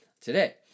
today